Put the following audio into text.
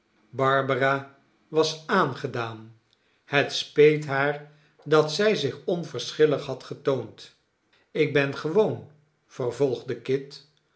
barbara was aangedaan het speet haar dat zij zich onverschillig had getoond ik ben gewoon vervolgde kit